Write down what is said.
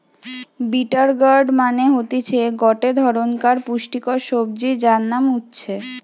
bitter gourd মানে হতিছে গটে ধরণকার পুষ্টিকর সবজি যার নাম উচ্ছে